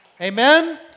Amen